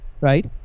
right